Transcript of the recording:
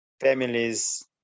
families